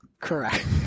Correct